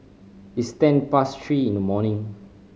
its ten past three in the morning